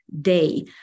day